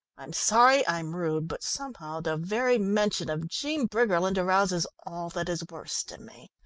i'm sorry i'm rude, but somehow the very mention of jean briggerland arouses all that is worst in me.